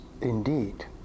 indeed